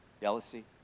jealousy